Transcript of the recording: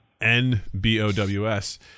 N-B-O-W-S